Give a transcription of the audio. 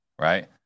right